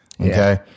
okay